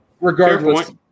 Regardless